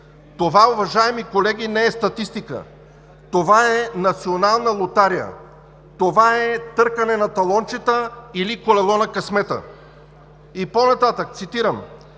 Това, уважаеми колеги, не е статистика! Това е национална лотария! Това е търкане на талончета или колело на късмета! По-нататък цитирам: